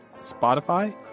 Spotify